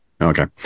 okay